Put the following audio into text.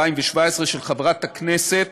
התשע"ז 2017, של חברת הכנסת